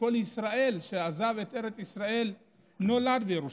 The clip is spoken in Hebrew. כל ישראלי שעזב את ארץ ישראל נולד בירושלים.